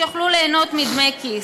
שיוכלו ליהנות מדמי כיס.